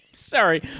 Sorry